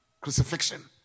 crucifixion